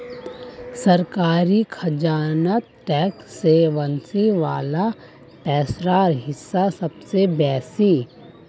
सरकारी खजानात टैक्स से वस्ने वला पैसार हिस्सा सबसे बेसि